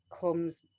comes